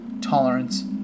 tolerance